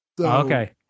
Okay